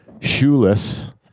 shoeless